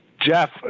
Jeff